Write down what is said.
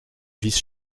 vice